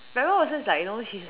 but Emma Watson is like you know she